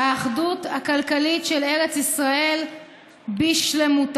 האחדות הכלכלית של ארץ ישראל בשלמותה.